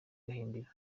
gahindiro